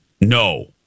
No